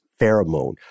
pheromone